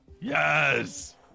yes